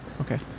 Okay